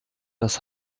das